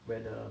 where the